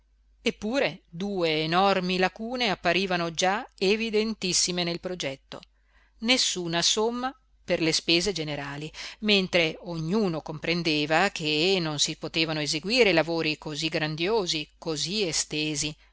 eppure due enormi lacune apparivano già evidentissime nel progetto nessuna somma per le spese generali mentre ognuno comprendeva che non si potevano eseguire lavori cosí grandiosi cosí estesi